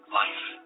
life